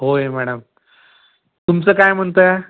होय मॅडम तुमचं काय म्हणत आहे